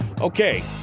Okay